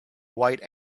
white